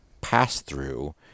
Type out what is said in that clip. pass-through